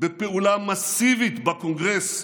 בפעולה מסיבית בקונגרס,